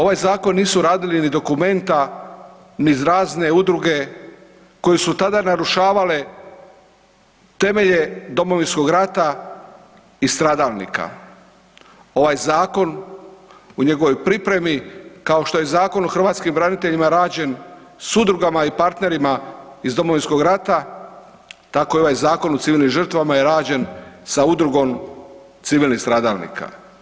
Ovaj zakon nisu radili ni dokumenta ni razne udruge koji su tada narušavale temelje Domovinskog rata i stradalnika, ovaj zakon u njegovoj pripremi kao što je Zakon o hrvatskim braniteljima rađen s udrugama i partnerima iz Domovinskog rata tako i ovaj Zakon o civilnim žrtvama je rađen sa Udrugom civilnih stradalnika.